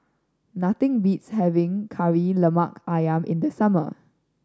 nothing beats having Kari Lemak Ayam in the summer